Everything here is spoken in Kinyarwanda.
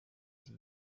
iki